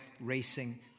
racing